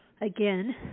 again